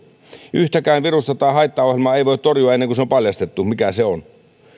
yhtäkään virusta tai haittaohjelmaa ei voi torjua ennen kuin se on paljastettu mikä se on